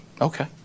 okay